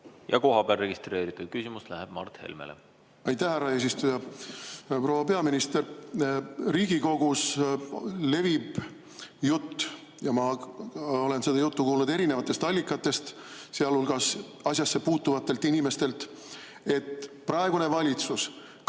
Ja kohapeal registreeritud küsimus läheb Mart Helmele. Aitäh, härra eesistuja! Proua peaminister! Riigikogus levib jutt – ja ma olen seda juttu kuulnud erinevatest allikatest, sealhulgas asjassepuutuvatelt inimestelt –, et praegune valitsus,